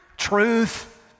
Truth